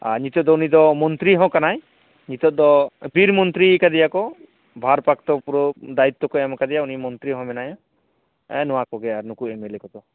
ᱱᱤᱛᱚᱜ ᱫᱚ ᱩᱱᱤ ᱫᱚ ᱢᱚᱱᱛᱨᱤ ᱦᱚᱸ ᱠᱟᱱᱟᱭ ᱱᱤᱛᱚᱜ ᱫᱚ ᱵᱤᱨ ᱢᱚᱱᱛᱨᱤ ᱭᱟᱠᱟᱫᱮᱭᱟᱠᱚ ᱵᱷᱟᱨ ᱯᱨᱟᱵᱛᱚ ᱯᱩᱨᱟᱹ ᱫᱟᱭᱤᱛᱚ ᱠᱚ ᱮᱢ ᱟᱠᱟᱫᱮᱭᱟ ᱩᱱᱤ ᱢᱚᱱᱛᱨᱤ ᱦᱚᱸ ᱢᱮᱱᱟᱭᱟ ᱮ ᱱᱚᱣᱟ ᱠᱚᱜᱮ ᱟᱨ ᱱᱩᱠᱩ ᱮᱢᱮᱞᱮ ᱠᱚᱫᱚ